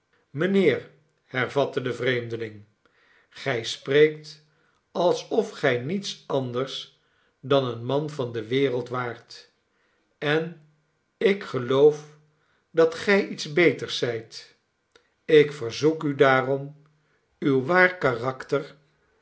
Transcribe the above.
mijnheer hervatte de vreemdeling gij spreekt alsof gij niets anders dan een man van de wereld waart en ik geloof dat gij iets beters zijt ik verzoek u daarom uw waar kanelly